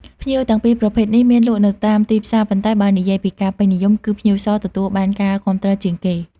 ផ្ញៀវទាំងពីរប្រភេទនេះមានលក់នៅតាមទីផ្សារ ប៉ុន្តែបើនិយាយពីការពេញនិយម គឺ ផ្ញៀវស ទទួលបានការគាំទ្រជាងគេ។